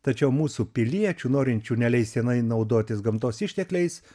tačiau mūsų piliečių norinčių neleistinai naudotis gamtos ištekliais